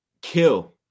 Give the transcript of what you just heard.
kill –